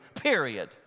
period